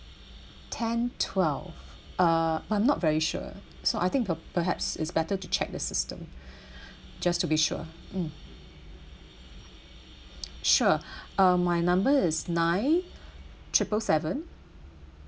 ten twelve uh but I'm not very sure so I think per~ perhaps it's better to check the system just to be sure sure uh my number is nine triple seven